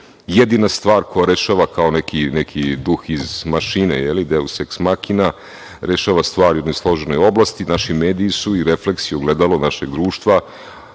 jedina stvar koja rešava, kao neki duh iz mašine, je li, „deus eks makina“, rešava stvar u jednoj složenoj oblasti. Naši mediji i refleksi su ogledalo našeg društva